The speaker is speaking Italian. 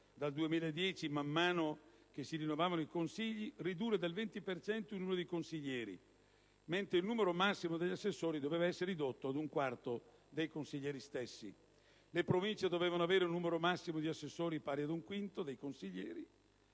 dal 2010, man mano che si rinnovavano i consigli, ridurre del 20 per cento il numero dei consiglieri, mentre il numero massimo degli assessori doveva essere ridotto ad un quarto dei consiglieri stessi; le Province dovevano avere un numero massimo di assessori pari ad un quinto dei consiglieri.